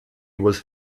was